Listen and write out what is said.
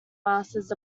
masters